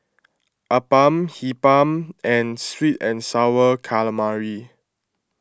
Appam Hee Pan and Sweet and Sour Calamari